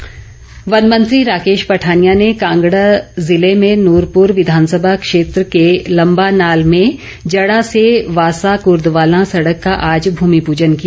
पठानिया वन मंत्री राकेश पठानिया ने कांगड़ा ज़िले में नुरपूर विधानसभा क्षेत्र के लम्बानाल में जड़ा से वासा कुर्रवालां सड़क का आज भूमि पूजन किया